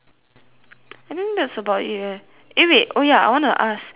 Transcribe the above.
I think that's about it leh eh wait oh ya I want to ask